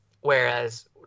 Whereas